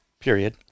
Period